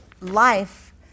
life